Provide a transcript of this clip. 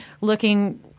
looking